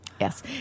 Yes